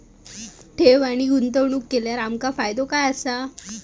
ठेव आणि गुंतवणूक केल्यार आमका फायदो काय आसा?